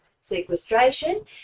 sequestration